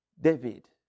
David